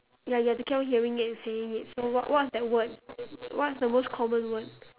ya you have to keep on hearing it and saying it so what what what's that word what's the most common word